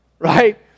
Right